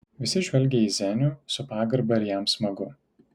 visi žvelgia į zenių su pagarba ir jam smagu